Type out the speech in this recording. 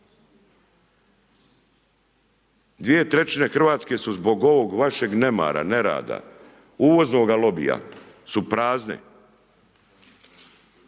Dvije trećine Hrvatske su zbog ovog vašeg nemara, nerada, uvoznoga lobija su prazne.